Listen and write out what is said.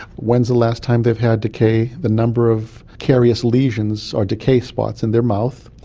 when's the last time they've had decay, the number of carious lesions or decay spots in their mouth,